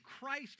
Christ